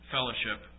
fellowship